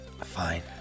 Fine